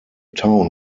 town